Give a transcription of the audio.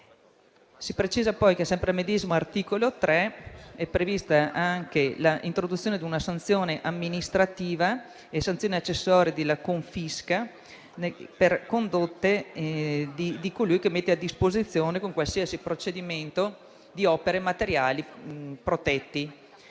Si precisa poi che, sempre al medesimo articolo 3, è prevista l'introduzione di una sanzione amministrativa e della sanzione accessoria della confisca per le condotte di colui che mette a disposizione, con qualsiasi procedimento, opere e materiali protetti.